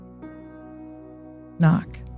Knock